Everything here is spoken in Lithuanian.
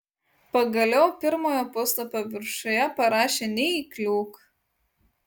pagaliau pirmojo puslapio viršuje parašė neįkliūk